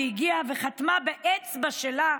הגיעה וחתמה באצבע שלה,